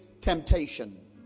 temptation